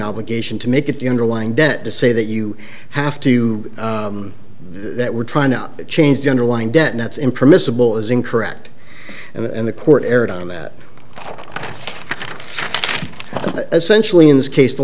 obligation to make it the underlying debt to say that you have to that were trying to change the underlying debts impermissible is incorrect and the court erred on that essential in this case the